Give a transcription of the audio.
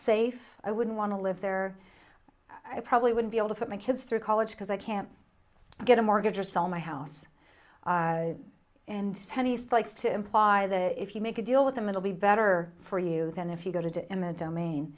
safe i wouldn't want to live there i probably wouldn't be able to put my kids through college because i can't get a mortgage or sell my house and penny stocks to imply that if you make a deal with them it'll be better for you than if you go to